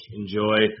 enjoy